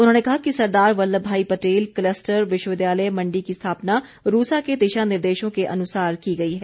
उन्होंने कहा कि सरदार वल्लभ भाई पटेल कलस्टर विश्वविद्यालय मंडी की स्थापना रूसा के दिशा निर्देशों के अनुसार की गई है